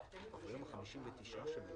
מבקש הצעה לסדר.